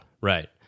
Right